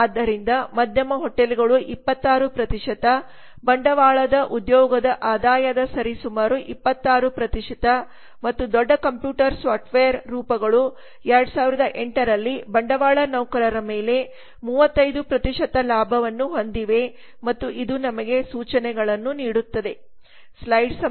ಆದ್ದರಿಂದ ಮಧ್ಯಮ ಹೋಟೆಲ್ಗಳು 26 ಬಂಡವಾಳದ ಉದ್ಯೋಗದ ಆದಾಯದ ಸರಿಸುಮಾರು 26 ಮತ್ತು ದೊಡ್ಡ ಕಂಪ್ಯೂಟರ್ ಸಾಫ್ಟ್ವೇರ್ ರೂಪಗಳು2008 ರಲ್ಲಿಬಂಡವಾಳನೌಕರರಮೇಲೆ 35 ಲಾಭವನ್ನು ಹೊಂದಿವೆಮತ್ತು ಇದು ನಮಗೆಸೂಚನೆಗಳನ್ನುನೀಡುತ್ತದೆ